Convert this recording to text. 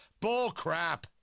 Bullcrap